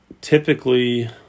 Typically